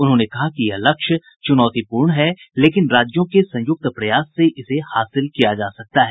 उन्होंने कहा कि यह लक्ष्य चुनौतीपूर्ण है लेकिन राज्यों के संयुक्त प्रयास से इसे हासिल किया जा सकता है